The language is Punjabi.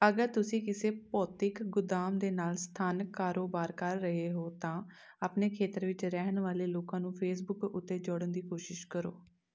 ਅਗਰ ਤੁਸੀਂ ਕਿਸੇ ਭੌਤਿਕ ਗੁਦਾਮ ਦੇ ਨਾਲ ਸਥਾਨਕ ਕਾਰੋਬਾਰ ਕਰ ਰਹੇ ਹੋ ਤਾਂ ਆਪਣੇ ਖੇਤਰ ਵਿੱਚ ਰਹਿਣ ਵਾਲੇ ਲੋਕਾਂ ਨੂੰ ਫੇਸਬੁੱਕ ਉੱਤੇ ਜੋੜਨ ਦੀ ਕੋਸ਼ਿਸ਼ ਕਰੋ